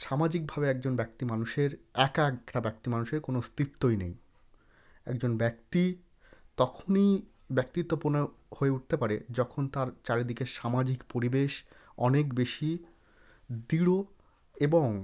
সামাজিকভাবে একজন ব্যক্তি মানুষের একা একটা ব্যক্তি মানুষের কোনো অস্তিত্বই নেই একজন ব্যক্তি তখনই ব্যক্তিত্বপূর্ণ হয়ে উঠতে পারে যখন তার চারিদিকে সামাজিক পরিবেশ অনেক বেশি দৃঢ় এবং